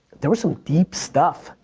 there was some deep stuff.